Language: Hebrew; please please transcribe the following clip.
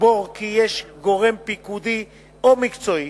תסבור כי יש גורם פיקודי או מקצועי,